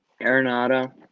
Arenado